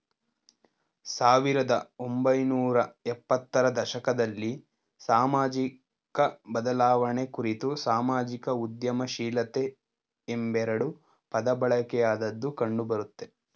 ಸಾವಿರದ ಒಂಬೈನೂರ ಎಪ್ಪತ್ತ ರ ದಶಕದಲ್ಲಿ ಸಾಮಾಜಿಕಬದಲಾವಣೆ ಕುರಿತು ಸಾಮಾಜಿಕ ಉದ್ಯಮಶೀಲತೆ ಎಂಬೆರಡು ಪದಬಳಕೆಯಾದದ್ದು ಕಂಡುಬರುತ್ತೆ